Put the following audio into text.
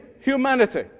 humanity